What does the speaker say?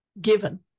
given